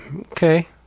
Okay